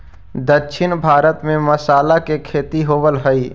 दक्षिण भारत में मसाला के खेती होवऽ हइ